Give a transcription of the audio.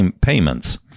payments